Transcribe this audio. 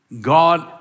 God